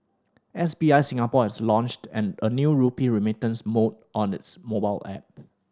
S B I Singapore has launched an a new rupee remittance mode on its mobile app